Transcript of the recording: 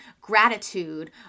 gratitude